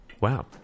wow